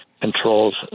controls